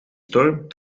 storm